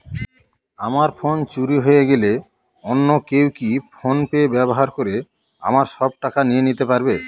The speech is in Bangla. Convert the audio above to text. আমার ফোন চুরি হয়ে গেলে অন্য কেউ কি ফোন পে ব্যবহার করে আমার সব টাকা নিয়ে নিতে পারবে?